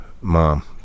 mom